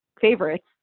favorites